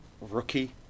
rookie